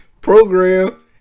program